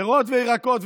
פירות וירקות,